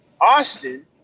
Austin